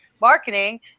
marketing